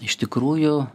iš tikrųjų